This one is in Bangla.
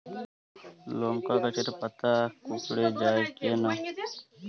লংকা গাছের পাতা কুকড়ে যায় কেনো?